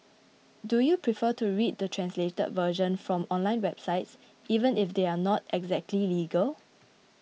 do you prefer to read the translated version from online websites even if they are not exactly legal